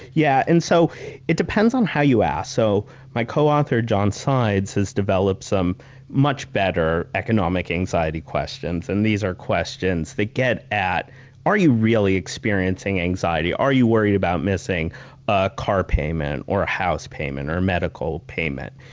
yeah, and so it depends on how you ask. so my co-author, john sides, has developed some much better economic anxiety questions, and these are questions that get at are you really experiencing anxiety, are you worried about missing a car payment or a house payment or medical payment?